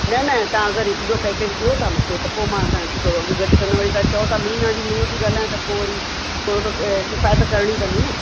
न न तव्हां अगरि हीअ सॼो पैकेज ॾियो था मूंखे त पोइ मां तव्हांखे थोरो अघि घटि कंदमि वरी तव्हां चओ था मीना जी नूअं थी ॻाल्हायां त पोइ वरी थोरो त किफ़ाइत करिणी पवंदी न